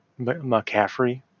McCaffrey